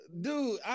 dude